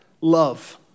love